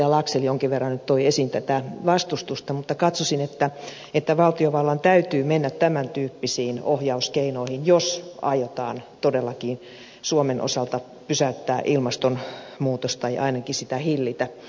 laxell jonkin verran nyt toi esiin tätä vastustusta mutta katsoisin että valtiovallan täytyy mennä tämäntyyppisiin ohjauskeinoihin jos aiotaan todellakin suomen osalta pysäyttää ilmastonmuutos tai ainakin sitä hillitä